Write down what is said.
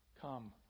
Come